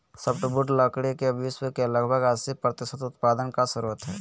softwood लकड़ी के विश्व के लगभग अस्सी प्रतिसत उत्पादन का स्रोत हइ